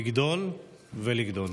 לגדול ולגדול.